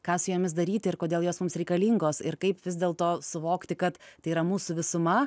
ką su jomis daryti ir kodėl jos mums reikalingos ir kaip vis dėlto suvokti kad tai yra mūsų visuma